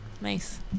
Nice